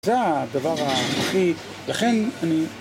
זה הדבר היחיד, לכן אני...